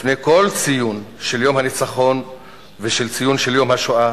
לפני כל ציון של יום הניצחון וציון של יום השואה